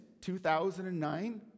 2009